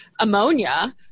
ammonia